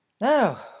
now